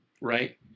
right